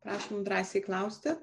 prašom drąsiai klausti